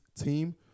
team